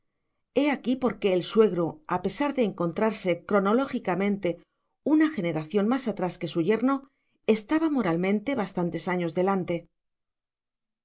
he aquí por qué el suegro a pesar de encontrarse cronológicamente una generación más atrás que su yerno estaba moralmente bastantes años delante